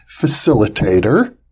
facilitator